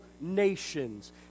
nations